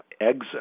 exit